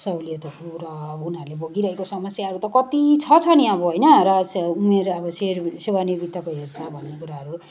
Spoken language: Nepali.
सहुलियतहरू त उनीहरूले भोगिरहेको समस्याहरू त कति छ छ नि अब होइन र चाहिँ उनीहरू अब चाहिँ सेवानिवृत्तको हेरचाह भन्ने कुराहरू